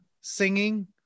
singing